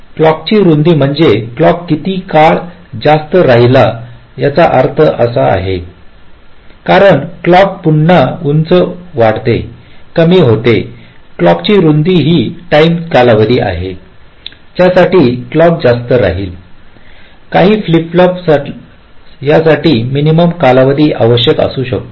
clock ची रुंदी म्हणजे क्लॉक किती काळ जास्त राहील याचा अर्थ असा आहे कारण क्लॉक पुन्हा उंच वाढते कमी होते क्लॉक ची रुंदी ही टाईम कालावधी आहे ज्यासाठी क्लॉक जास्त राहील काही फ्लिप फ्लॉपला यासाठी मिनिमम कालावधी आवश्यक असू शकतो